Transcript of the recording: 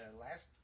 last